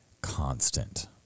constant